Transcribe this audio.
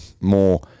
more